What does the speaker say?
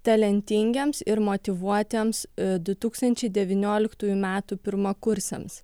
talentingiems ir motyvuotiems du tūkstančiai devynioliktųjų metų pirmakursiams